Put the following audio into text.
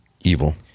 Evil